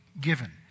given